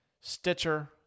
Stitcher